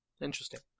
interesting